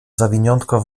zawiniątko